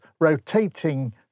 rotating